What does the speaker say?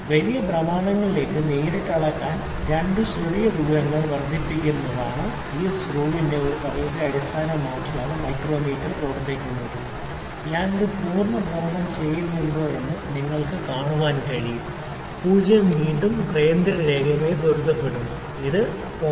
വലിയ ഭ്രമണങ്ങളിലേക്ക് നേരിട്ട് അളക്കാൻ രണ്ട് ചെറുതായ ചെറിയ ദൂരങ്ങൾ വർദ്ധിപ്പിക്കുന്നതിന് ഈ സ്ക്രൂവിന്റെ ഒരു തത്വത്തെ അടിസ്ഥാനമാക്കിയാണ് മൈക്രോമീറ്റർ ഞാൻ ഒരു പൂർണ്ണ ഭ്രമണം ചെയ്യുന്നുണ്ടോ എന്ന് നിങ്ങൾക്ക് കാണാൻ കഴിയും 0 വീണ്ടും ഈ കേന്ദ്ര രേഖയുമായി പൊരുത്തപ്പെടുന്നു അത് 0